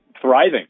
thriving